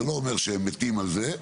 זה לא אומר שהם מתים על זה,